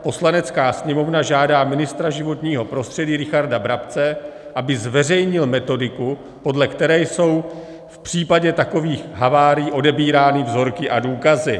Poslanecká sněmovna žádá ministra životního prostředí Richarda Brabce, aby zveřejnil metodiku, podle které jsou v případě takových havárií odebírány vzorky a důkazy.